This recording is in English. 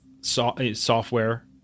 software